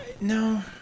No